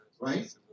right